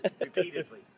Repeatedly